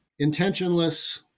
intentionless